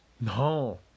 No